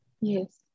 Yes